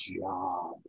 job